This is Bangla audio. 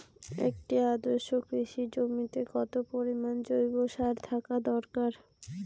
একটি আদর্শ কৃষি জমিতে কত পরিমাণ জৈব সার থাকা দরকার?